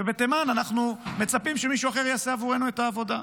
ובתימן אנחנו מצפים שמישהו אחר יעשה עבורנו את העבודה.